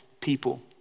people